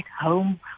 home